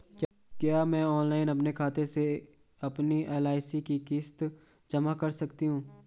क्या मैं ऑनलाइन अपने खाते से अपनी एल.आई.सी की किश्त जमा कर सकती हूँ?